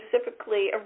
specifically